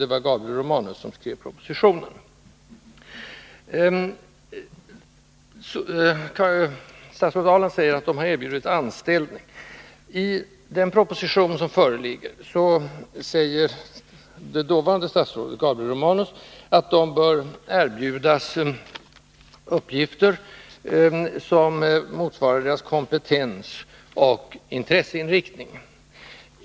Det var Gabriel Romanus som skrev propositionen. Statsrådet Ahrland säger att länsläkarna har erbjudits anställning. I den proposition som förelades riksdagen säger dåvarande statsrådet Gabriel Romanus att de bör erbjudas uppgifter som motsvarar deras ”kompetens och intresseinriktning”.